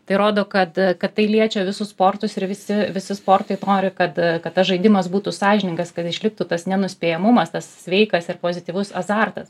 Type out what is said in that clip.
tai rodo kad kad tai liečia visus sportus ir visi visi sportai nori kad kad tas žaidimas būtų sąžiningas kad išliktų tas nenuspėjamumas tas sveikas ir pozityvus azartas